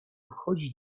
wchodzić